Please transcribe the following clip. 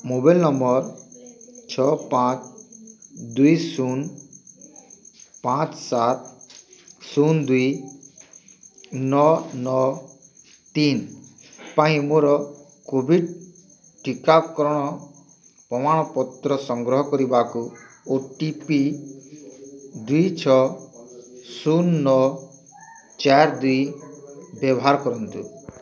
mobile ନମ୍ବର ଛଅ ପାଞ୍ଚ ଦୁଇ ଶୂନ ପାଞ୍ଚ ସାତ ଶୂନ ଦୁଇ ନଅ ନଅ ତିନି ପାଇଁ ମୋର କୋଭିଡ଼୍ ଟିକାକରଣ ପ୍ରମାଣପତ୍ର ସଂଗ୍ରହ କରିବାକୁ ଓ ଟି ପି ଦୁଇ ଛଅ ଶୂନ ନଅ ଚାରି ଦୁଇ ବ୍ୟବହାର କରନ୍ତୁ